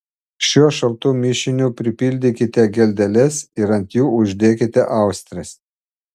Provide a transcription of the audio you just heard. šiuo šaltu mišiniu pripildykite geldeles ir ant jų uždėkite austres